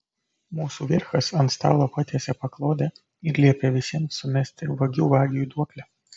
mūsų vierchas ant stalo patiesė paklodę ir liepė visiems sumesti vagių vagiui duoklę